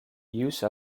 use